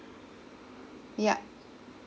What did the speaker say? yup